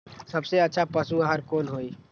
सबसे अच्छा पशु आहार कोन हई?